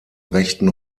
rechten